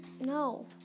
no